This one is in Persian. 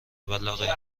ولاغیر